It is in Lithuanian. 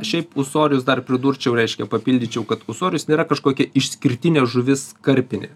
šiaip ūsorius dar pridurčiau reiškia papildyčiau kad ūsorius nėra kažkokia išskirtinė žuvis karpinė